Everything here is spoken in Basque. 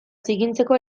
zikintzeko